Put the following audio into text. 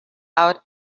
out